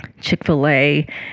Chick-fil-A